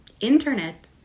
Internet